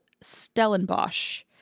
Stellenbosch